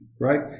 right